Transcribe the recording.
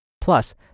Plus